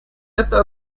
эта